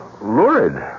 lurid